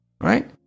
Right